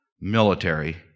military